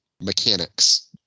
mechanics